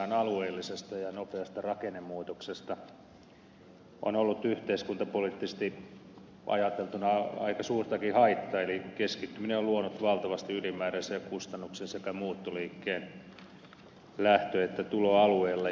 suomessahan alueellisesta ja nopeasta rakennemuutoksesta on ollut yhteiskuntapoliittisesti ajateltuna aika suurtakin haittaa eli keskittyminen on luonut valtavasti ylimääräisiä kustannuksia sekä muuttoliikkeen lähtö että tuloalueilla